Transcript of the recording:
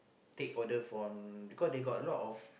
take order from because they got a lot of